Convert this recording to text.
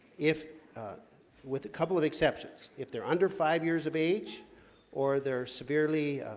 if with a couple of exceptions if they're under five years of age or they're severely